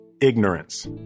Ignorance